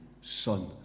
Son